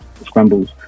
scrambles